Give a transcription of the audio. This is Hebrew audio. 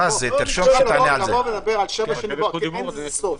אין לזה סוף.